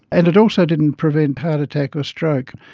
and it also didn't prevent heart attack or stroke.